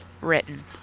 written